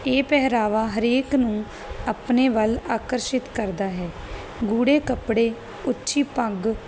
ਇਹ ਪਹਿਰਾਵਾ ਹਰੇਕ ਨੂੰ ਆਪਣੇ ਵੱਲ ਆਕਰਸ਼ਿਤ ਕਰਦਾ ਹੈ ਗੂੜੇ ਕੱਪੜੇ ਉੱਚੀ ਪੱਗ